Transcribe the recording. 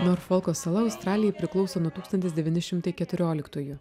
norfolko sala australijai priklauso nuo tūkstantis devyni šimtai keturioliktųjų